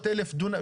זו הסיבה?